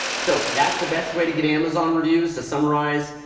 so that's the best way to get amazon reviews. to summarize,